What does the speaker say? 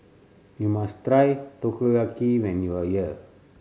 you must try Takoyaki when you are here